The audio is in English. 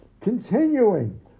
Continuing